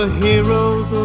heroes